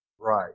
Right